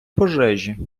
пожежі